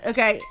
Okay